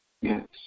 Yes